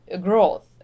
growth